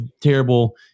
terrible